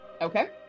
Okay